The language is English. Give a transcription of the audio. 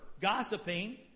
gossiping